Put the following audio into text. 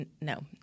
No